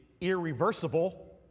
irreversible